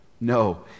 No